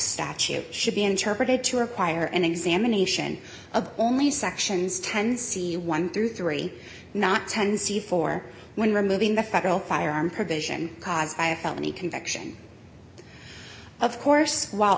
statute should be interpreted to require an examination of only sections ten c one through three not ten c four when removing the federal firearms provision caused by a felony conviction of course